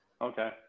Okay